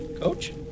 Coach